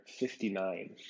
59